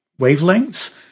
wavelengths